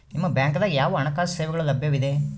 ನಿಮ ಬ್ಯಾಂಕ ದಾಗ ಯಾವ ಹಣಕಾಸು ಸೇವೆಗಳು ಲಭ್ಯವಿದೆ?